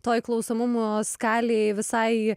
toj klausomumo skalėj visai